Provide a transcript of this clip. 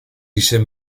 izen